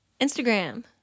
Instagram